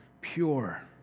pure